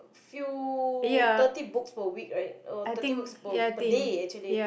few thirty books per week right thirty books per day actually